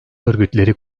örgütleri